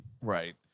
right